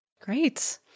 Great